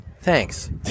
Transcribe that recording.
Thanks